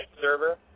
server